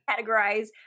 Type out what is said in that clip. categorize